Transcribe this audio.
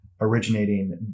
originating